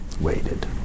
waited